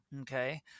okay